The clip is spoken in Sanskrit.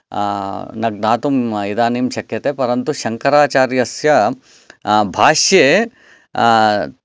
न ज्ञातुं इदानीं शक्यते परन्तु शङ्कराचार्यस्य भाष्ये